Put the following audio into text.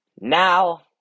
Now